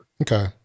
Okay